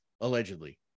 allegedly